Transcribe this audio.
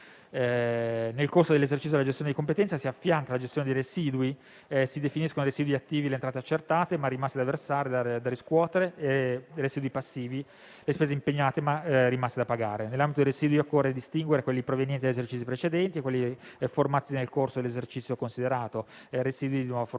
Nel corso dell'esercizio, alla gestione di competenza si affianca la gestione dei residui. Si definiscono residui attivi le entrate accertate, ma rimaste da versare e da riscuotere, e residui passivi le spese impegnate, ma rimaste da pagare. Nell'ambito dei residui, occorre distinguere quelli provenienti da esercizi precedenti e quelli formatisi nel corso dell'esercizio considerato (residui di nuova formazione).